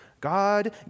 God